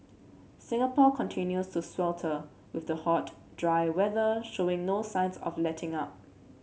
Singapore continues to swelter with the hot dry weather showing no signs of letting up